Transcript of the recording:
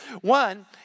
One